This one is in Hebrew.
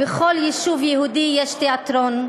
כמעט בכל יישוב יהודי יש תיאטרון.